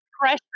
pressure